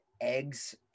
eggs